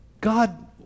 God